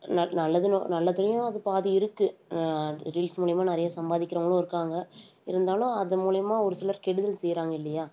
ந நல்லதும் ந நல்லதுலேயும் அது பாதி இருக்குது ரீல்ஸ் மூலிமா நிறைய சம்பாதிக்கிறவங்களும் இருக்காங்க இருந்தாலும் அது மூலிமா ஒரு சிலர் கெடுதல் செய்கிறாங்க இல்லையா